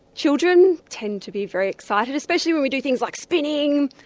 children tend to be very excited, especially when we do things like spinning.